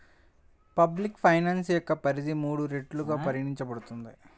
public finance యొక్క పరిధి మూడు రెట్లుగా పరిగణించబడుతుంది